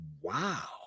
wow